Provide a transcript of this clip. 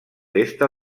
festa